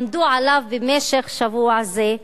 למדו עליו במשך שבוע זה,